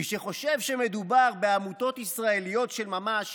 מי שחושב שמדובר בעמותות ישראליות של ממש